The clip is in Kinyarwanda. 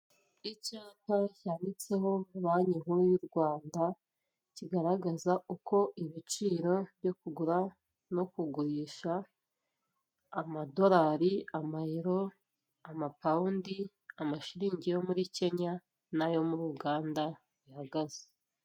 Icyapa cyanditseho banki nkuru y'u Rwanda kigaragaza uko ibiciro byo kugura no kugurisha amadolari, amayero, amapawundi, amashiriningi yo muri Kenya n'ayo muri Uganda bihagaze.